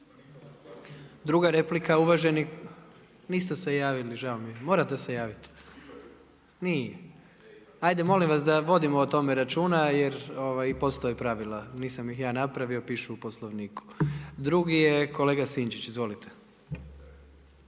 Druga replika uvaženi. Niste se javili žao mi je, morate se javiti. Nije, ajde molim vas da vodimo o tome računa jer postoje pravila. Nisam ih ja napravio, pišu u Poslovniku. Drugi je kolega Sinčić. Izvolite.